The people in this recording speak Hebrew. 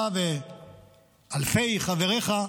אתה ואלפי חבריך,